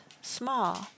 small